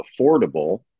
affordable